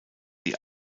die